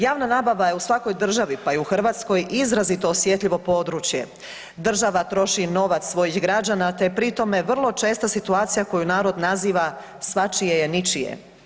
Javna nabava je u svakoj državi pa i u Hrvatskoj izrazito osjetljivo područje, država troši novac svojih građana te je pri tome vrlo česta situacija koju narod naziva svačije je ničije.